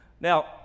Now